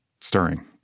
stirring